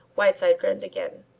whiteside grinned again.